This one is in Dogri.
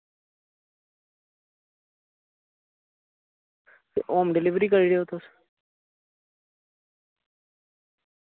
होम डिलीवरी करी ओड़ेओ तुस